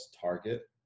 target